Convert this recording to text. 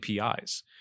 APIs